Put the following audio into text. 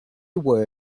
were